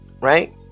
right